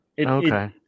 Okay